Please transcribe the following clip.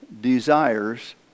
desires